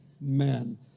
men